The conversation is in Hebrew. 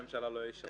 שהממשלה לא אישרה?